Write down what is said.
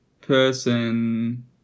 person